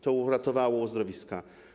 To uratowało uzdrowiska.